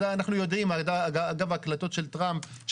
אגב ההקלטות של טראמפ,